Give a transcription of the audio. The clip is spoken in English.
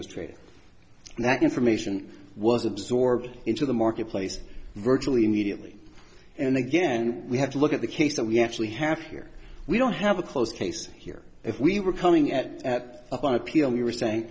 that information was absorbed into the marketplace virtually immediately and again we have to look at the case that we actually have here we don't have a closed case here if we were coming at up on appeal we were saying